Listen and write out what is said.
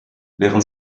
während